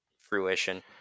fruition